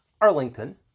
Arlington